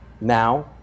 Now